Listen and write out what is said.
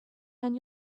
and